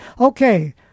Okay